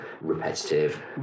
repetitive